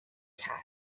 کرد